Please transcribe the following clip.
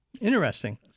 Interesting